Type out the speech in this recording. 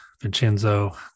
Vincenzo